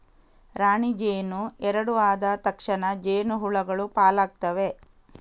ರಾಣಿ ಜೇನು ಎರಡು ಆದ ತಕ್ಷಣ ಜೇನು ಹುಳಗಳು ಪಾಲಾಗ್ತವೆ